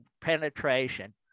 penetration